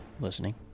Listening